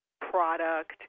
product